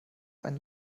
ein